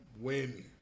Win